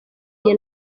iyi